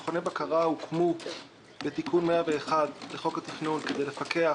מכוני בקרה הוקמו בתיקון 101 לחוק התכנון כדי לפקח